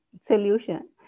solution